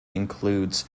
includes